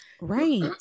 right